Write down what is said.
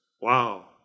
Wow